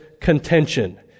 contention